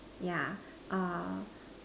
yeah